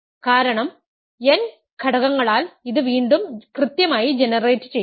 കാരണം n ഘടകങ്ങളാൽ ഇത് വീണ്ടും കൃത്യമായി ജനറേറ്റുചെയ്യുന്നു